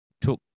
took